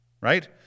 Right